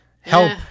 help